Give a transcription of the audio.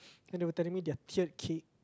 and they were telling me their tiered cake